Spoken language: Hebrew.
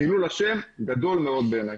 חילול השם גדול מאוד בעיני.